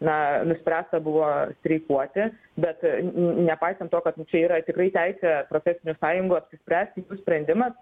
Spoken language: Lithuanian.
na nuspręsta buvo streikuoti bet nepaisant to kad čia yra tikrai teisė profesinių sąjungų apsispręsti jų sprendimas